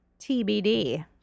TBD